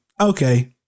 okay